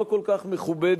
לא כל כך מכובדת,